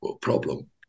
problem